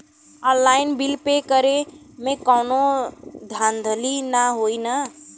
Online bill pay करे में कौनो धांधली ना होई ना?